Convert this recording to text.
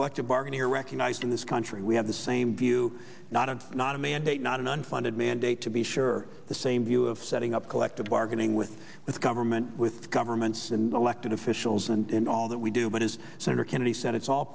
collective bargaining are recognized in this country we have the same view not a not a mandate not an unfunded mandate to be sure the same view of setting up collective bargaining with its government with governments and elected officials and all that we do but is senator kennedy said it's all